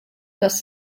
das